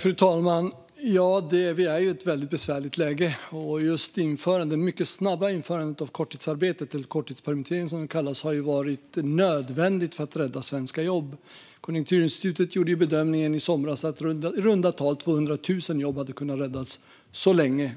Fru talman! Vi är i ett väldigt besvärligt läge. Det mycket snabba införandet av stöd för korttidsarbete, det som kallas korttidspermittering, har varit nödvändigt för att rädda svenska jobb. Konjunkturinstitutet gjorde i somras bedömningen att i runda tal 200 000 jobb så långt hade kunnat räddas